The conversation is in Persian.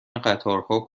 قطارها